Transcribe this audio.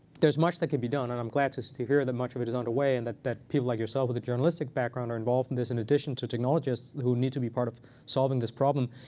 there's much that could be done. and i'm glad to to hear that much of it is underway and that that people like yourself with a journalistic background are involved in this in addition to technologists, who need to be part of solving this problem.